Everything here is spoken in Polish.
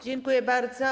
Dziękuję bardzo.